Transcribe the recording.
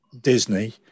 Disney